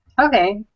Okay